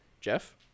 jeff